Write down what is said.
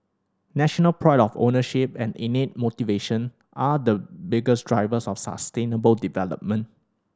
national pride of ownership and innate motivation are the biggest drivers of sustainable development